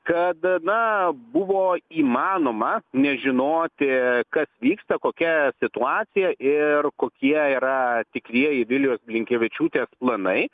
kad na buvo įmanoma nežinoti kas vyksta kokia situacija ir kokie yra tikrieji vilijos blinkevičiūtės planai